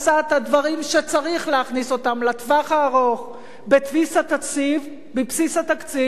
הדברים שצריך להכניס אותם לטווח הארוך בבסיס התקציב,